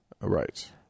right